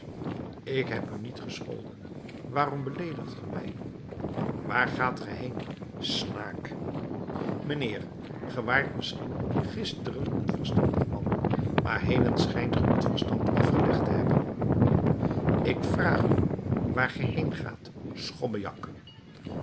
ik heb u niet gescholden waarom beleedigt ge mij waar gaat ge heen snaak mijnheer ge waart misschien gisteren een verstandig man maar heden schijnt ge het verstand afgelegd te hebben ik vraag u waar ge heen gaat